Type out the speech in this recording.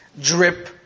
drip